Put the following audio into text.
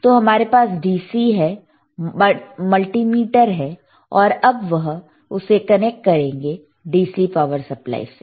तो हमारे पास DC है मल्टीमीटर है और अब वह उसे कनेक्ट करेंगे DC पावर सप्लाई से